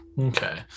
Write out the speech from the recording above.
Okay